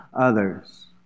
others